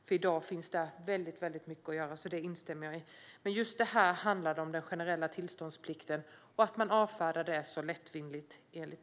Jag instämmer i att det i dag finns väldigt mycket att göra här. Just detta handlade dock om den generella tillståndsplikten. Och enligt mig avfärdas detta för lättvindigt.